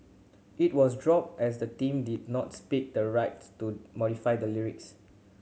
it was dropped as the team did not speak the rights to modify the lyrics